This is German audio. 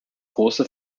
große